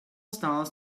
stars